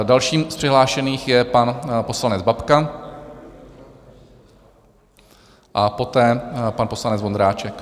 Dalším z přihlášených je pan poslanec Babka a poté pan poslanec Vondráček.